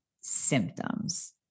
symptoms